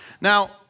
Now